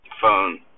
phone